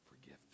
forgive